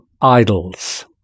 idols